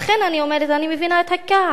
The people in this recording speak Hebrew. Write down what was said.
לכן אני אומרת שאני מבינה את הכעס,